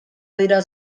dira